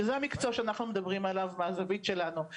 שזה המקצוע שאנחנו מדברים עליו מהזווית שלנו,